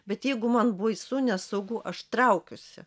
bet jeigu man baisu nesaugu aš traukiuosi